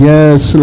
Yes